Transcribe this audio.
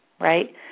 right